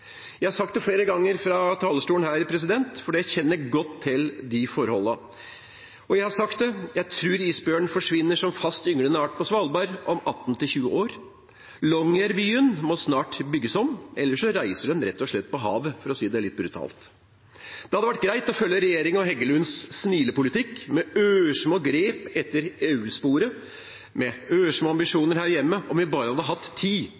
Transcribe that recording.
Jeg har sagt det flere ganger fra talerstolen her, for jeg kjenner godt til de forholdene. Jeg tror isbjørnen forsvinner som fast ynglende art på Svalbard om 18–20 år. Longyearbyen må snart bygges om, ellers reiser den rett og slett til havs, for å si det litt brutalt. Det hadde vært greit å følge regjeringens og Heggelunds snilepolitikk, med ørsmå grep etter EU-sporet og med ørsmå ambisjoner her hjemme, om vi bare hadde hatt tid.